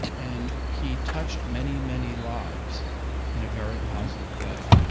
and he touched many, many lives in a very positive way.